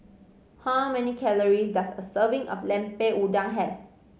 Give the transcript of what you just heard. how many calories does a serving of Lemper Udang have